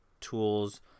tools